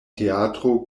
teatro